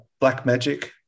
Blackmagic